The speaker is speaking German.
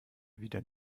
wieder